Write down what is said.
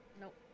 Nope